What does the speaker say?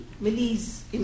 Millie's